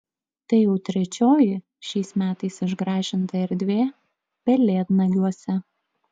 tai jau trečioji šiais metais išgražinta erdvė pelėdnagiuose